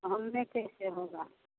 कम में कैसे होगा